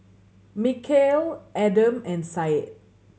Mikhail Adam and Syed